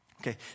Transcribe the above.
Okay